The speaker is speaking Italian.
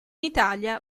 italia